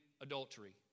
adultery